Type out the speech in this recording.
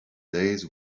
days